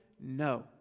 No